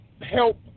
help